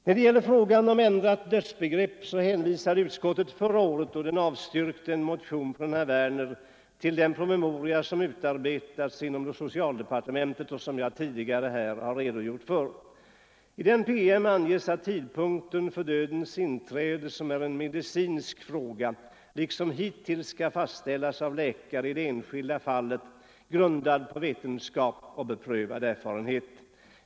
När det gäller frågan om ändrat dödsbegrepp hänvisade utskottet förra året, då utskottet avstyrkte en motion av herr Werner, till den promemoria som utarbetas inom socialdepartementet och som jag tidigare här redogjort för. I den promemorian anges att tidpunkten för dödens inträde, som är en medicinsk fråga, liksom hittills skall fastställas av läkare i det enskilda fallet samt att beslutet därvidlag skall grundas på vetenskaplig beprövad erfarenhet.